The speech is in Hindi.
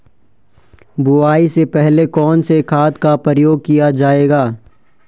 बुआई से पहले कौन से खाद का प्रयोग किया जायेगा?